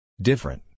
Different